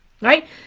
right